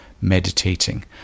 meditating